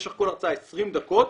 משך כל הרצאה 20 דקות,